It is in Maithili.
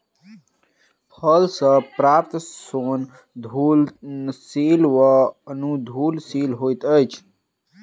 फल सॅ प्राप्त सोन घुलनशील वा अघुलनशील होइत अछि